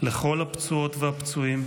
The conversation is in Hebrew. לכל הפצועות והפצועים,